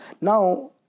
Now